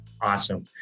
awesome